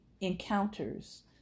encounters